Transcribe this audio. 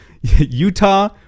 Utah